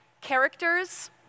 characters